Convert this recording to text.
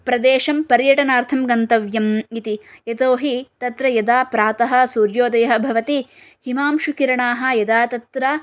प्रदेशं पर्यटनार्थं गन्तव्यम् इति यतोहि तत्र यदा प्रातः सूर्योदयः भवति हिमांशुकिरणाः यदा तत्र